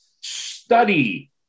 study